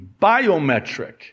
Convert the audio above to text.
biometric